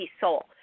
soul